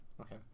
Okay